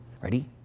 Ready